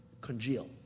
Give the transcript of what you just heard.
congeal